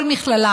כל מכללה,